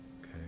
Okay